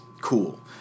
cool